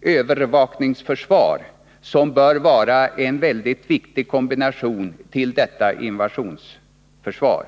övervakningsförsvar som bör vara en viktig kombination till detta invasionsförsvar.